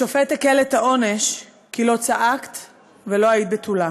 השופט הקל את העונש כי לא צעקת ולא היית בתולה /